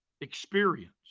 experience